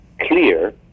clear